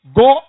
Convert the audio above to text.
go